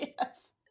Yes